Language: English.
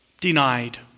denied